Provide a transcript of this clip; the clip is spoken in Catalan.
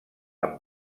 amb